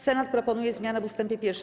Senat proponuje zmianę w ust. 1.